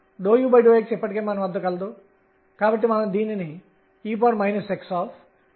ఇది pr22mL22mr2 kr కి సమానం తప్ప మరేమీ కాదని మేము ఇంతకు ముందు పొందిన దాని నుండి మీరు చూడవచ్చు